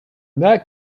that